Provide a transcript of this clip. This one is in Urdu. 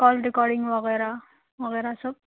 کال ریکارڈنگ وغیرہ وغیرہ سب